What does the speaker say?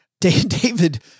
David